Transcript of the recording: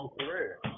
career